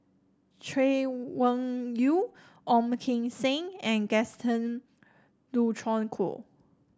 Chay Weng Yew Ong Kim Seng and Gaston Dutronquoy